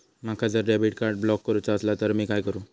माका जर debit card block करूचा असला तर मी काय करू?